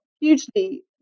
hugely